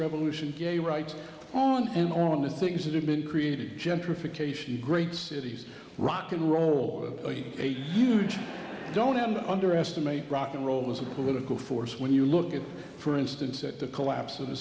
revolution gay rights and on the things that have been created gentrification great cities rock n roll a huge don't have to underestimate rock n roll was a political force when you look at for instance at the collapse of the